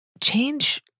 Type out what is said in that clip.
change